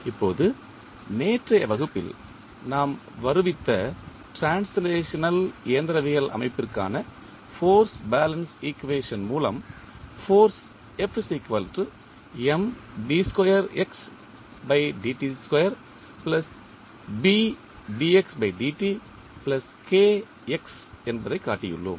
இப்போது நேற்றைய வகுப்பில் நாம் வருவிக்க ட்ரான்ஸ்லேஷனல் இயந்திரவியல் அமைப்பிற்கான ஃபோர்ஸ் பேலன்ஸ் ஈக்குவேஷன் மூலம் ஃபோர்ஸ் என்பதைக் காட்டியுள்ளோம்